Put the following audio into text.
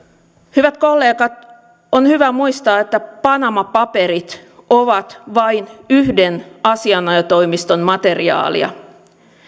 hyvät kollegat on hyvä muistaa että panama paperit ovat vain yhden asianajotoimiston materiaalia